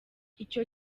icyo